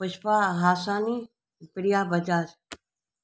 Pushpa Hasani Priya Bajaj